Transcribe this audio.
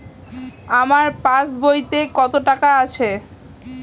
আমার পাস বইতে কত টাকা আছে?